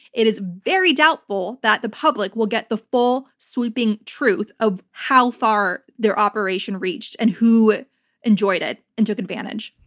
it is very doubtful that the public will get the full, sweeping truth of how far their operation reached and who enjoyed it and took advantage.